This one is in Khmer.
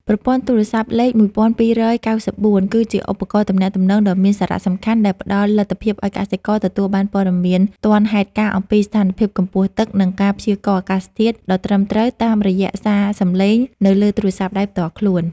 ប្រព័ន្ធទូរស័ព្ទលេខ ១២៩៤ គឺជាឧបករណ៍ទំនាក់ទំនងដ៏មានសារៈសំខាន់ដែលផ្តល់លទ្ធភាពឱ្យកសិករទទួលបានព័ត៌មានទាន់ហេតុការណ៍អំពីស្ថានភាពកម្ពស់ទឹក និងការព្យាករណ៍អាកាសធាតុដ៏ត្រឹមត្រូវតាមរយៈសារសំឡេងនៅលើទូរស័ព្ទដៃផ្ទាល់ខ្លួន។